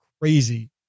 crazy